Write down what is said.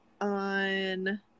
on